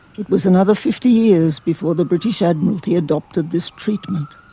it was another fifty years before the british admiralty adopted this treatment.